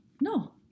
No